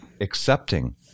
accepting